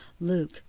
Luke